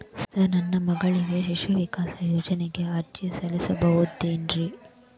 Sir ನಾನು ನನ್ನ ಮಗಳಿಗೆ ಶಿಶು ವಿಕಾಸ್ ಯೋಜನೆಗೆ ಅರ್ಜಿ ಸಲ್ಲಿಸಬಹುದೇನ್ರಿ?